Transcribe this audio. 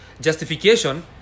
justification